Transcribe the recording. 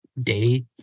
day